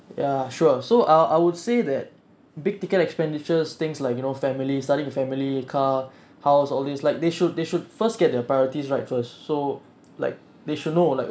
ya sure so I'll I would say that big ticket expenditures things like you know family starting a family car house all this like they should they should first get their priorities right first so like they should know oh like